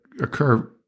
occur